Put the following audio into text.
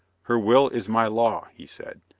her will is my law, he said,